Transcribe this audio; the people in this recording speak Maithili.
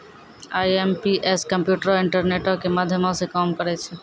आई.एम.पी.एस कम्प्यूटरो, इंटरनेटो के माध्यमो से काम करै छै